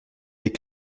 des